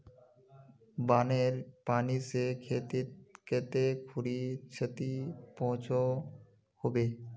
बानेर पानी से खेतीत कते खुरी क्षति पहुँचो होबे?